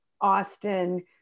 Austin